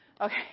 Okay